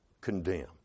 condemn